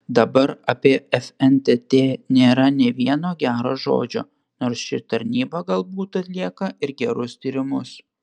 dabar apie fntt nėra nė vieno gero žodžio nors ši tarnyba galbūt atlieka ir gerus tyrimus